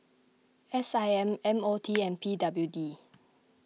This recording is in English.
S I M M O T and P W D